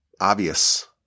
obvious